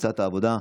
קבוצת סיעת העבודה: